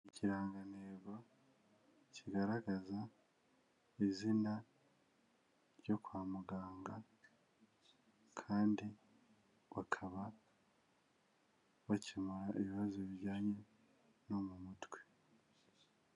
Ikirangantego kigaragaza izina ryo kwa muganga kandi bakaba bakemura ibibazo bijyanye no mu mutwe.